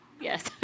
yes